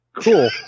cool